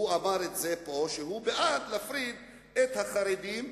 הוא אמר את זה פה, שהוא בעד להפריד את החרדים,